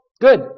Good